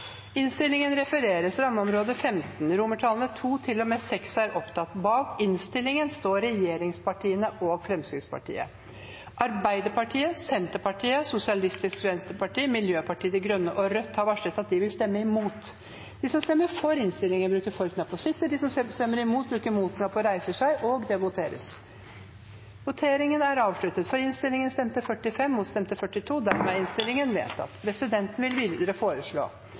innstillingen står regjeringspartiene og Fremskrittspartiet. Arbeiderpartiet, Senterpartiet, Sosialistisk Venstreparti, Miljøpartiet De Grønne og Rødt har varslet at de vil stemme imot. Presidenten vil videre foreslå